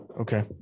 Okay